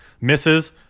misses